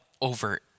over